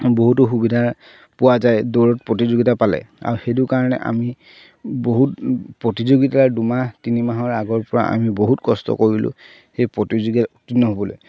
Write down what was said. বহুতো সুবিধা পোৱা যায় দৌৰত প্ৰতিযোগিতা পালে আৰুও সেইটো কাৰণে আমি বহুত প্ৰতিযোগিতাৰ দুমাহ তিনিমাহৰ আগৰ পৰা আমি বহুত কষ্ট কৰিলোঁ সেই প্ৰতিযোগিতাত উত্তিৰ্ণ হ'বলৈ